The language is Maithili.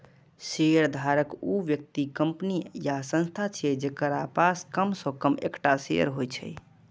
शेयरधारक ऊ व्यक्ति, कंपनी या संस्थान छियै, जेकरा पास कम सं कम एकटा शेयर होइ छै